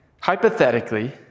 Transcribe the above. hypothetically